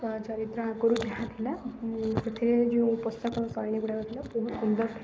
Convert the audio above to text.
ଚରିତ୍ର ଆଗରୁ ଯାହା ଥିଲା ମୁଁ ସେଥିରୁ ଯେଉଁ ଉପସ୍ଥାପନ ଶୈଳୀଗୁଡ଼ାକ ଥିଲା ବହୁତ ସୁନ୍ଦର ଥିଲା